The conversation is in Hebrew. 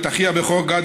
את אחי הבכור גד,